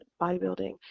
bodybuilding